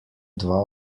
dva